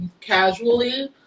casually